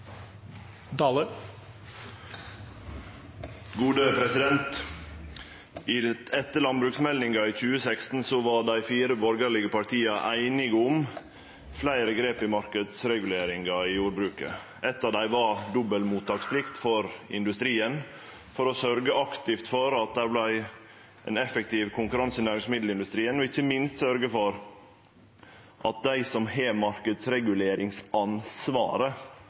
Etter landbruksmeldinga i 2016 var dei fire borgarlege partia einige om fleire grep i marknadsreguleringa i jordbruket. Eitt av dei var dobbel mottaksplikt for industrien for aktivt å sørgje for at det vart ein effektiv konkurranse i næringsmiddelindustrien, og ikkje minst å sørgje for at dei som har